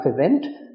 event